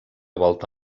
volta